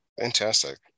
Fantastic